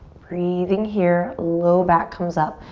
breathing here, low back comes up.